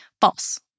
False